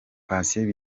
patient